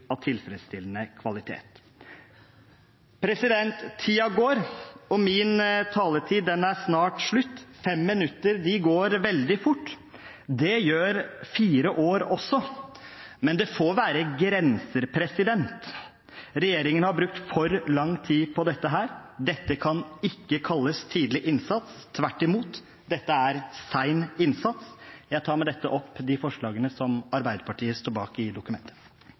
av tilfredsstillende kvalitet. Tiden går, og min taletid er snart slutt. Fem minutter går veldig fort. Det gjør fire år også, men det får være grenser, regjeringen har brukt for lang tid på dette. Dette kan ikke kalles tidlig innsats, tvert imot, dette er sen innsats. Jeg tar med dette opp de forslagene som Arbeiderpartiet står bak i dokumentet